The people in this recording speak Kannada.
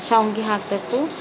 ಶಾವ್ಗೆ ಹಾಕಬೇಕು